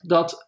Dat